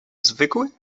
zwykły